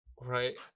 Right